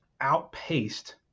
outpaced